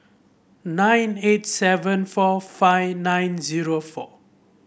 nine eight seven four five nine zero four